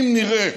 אם נראה,